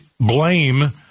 blame